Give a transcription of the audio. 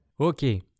Okay